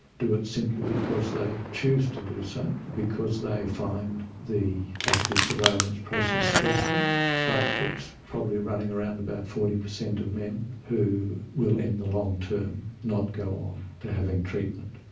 do it simply because they choose to do so because they find the active surveillance process stressful but it's probably running around about forty percent of men who will in the long term, not go on to having treatment.